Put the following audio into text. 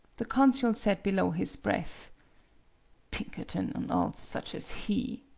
the consul said below his breath pinkerton, and all such as he!